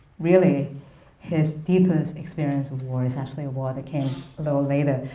really his deepest experience with war is actually a war that came a little later,